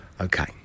Okay